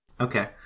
Okay